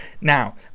Now